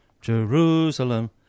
Jerusalem